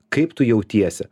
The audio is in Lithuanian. kaip tu jautiesi